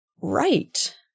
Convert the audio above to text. Right